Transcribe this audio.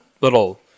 little